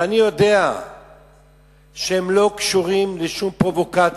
ואני יודע שהם לא קשורים לשום פרובוקציה.